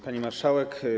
Pani Marszałek!